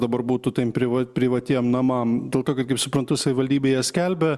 dabar būtų ten priva privatiem namam dėl to kad kaip suprantu savivaldybėje skelbia